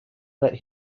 let